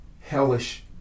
hellish